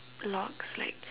locks like